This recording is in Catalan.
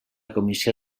comissió